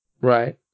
Right